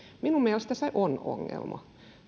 minun mielestäni se on ongelma